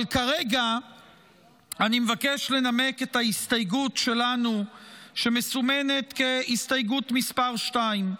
אבל כרגע אני מבקש לנמק את ההסתייגות שלנו שמסומנת כהסתייגות מס' 2,